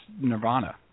Nirvana